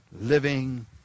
living